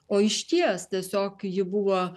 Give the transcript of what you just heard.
o išties tiesiog ji buvo